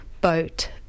boat